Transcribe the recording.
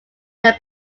their